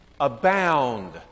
abound